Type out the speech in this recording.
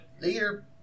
Later